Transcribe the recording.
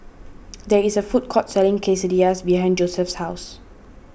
there is a food court selling Quesadillas behind Josef's house